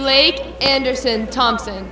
blade anderson thompson